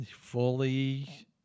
fully